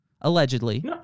allegedly